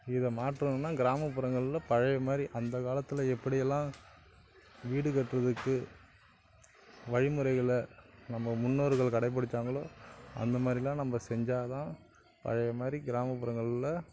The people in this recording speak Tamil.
இதை மாத்தணுனால் கிராமப்புறங்கள்ல பழைய மாதிரி அந்த காலத்தில் எப்படி எல்லாம் வீடு கட்டுறதுக்கு வழி முறைகளை நம்ம முன்னோர்கள் கடைபிடிச்சாங்களோ அந்த மாதிரிலாம் நம்ம செஞ்சால் தான் பழைய மாதிரி கிராமப்புறங்கள்ல